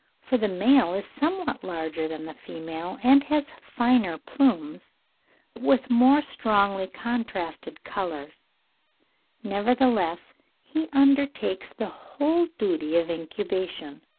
for the male is somewhat larger than the female and has finer plumes with more strongly contrasted colours nevertheless he undertakes the whole duty of incubation.